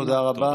תודה רבה.